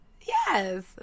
Yes